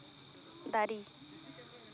ᱫᱟᱨᱮ